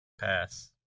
Pass